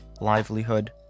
livelihood